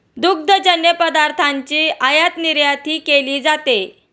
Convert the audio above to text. दुग्धजन्य पदार्थांची आयातनिर्यातही केली जाते